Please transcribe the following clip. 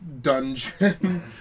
dungeon